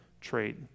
trade